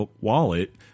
wallet